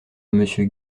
monsieur